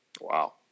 Wow